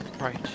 Right